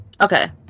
okay